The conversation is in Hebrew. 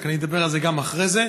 רק שאני אדבר על זה גם אחרי זה.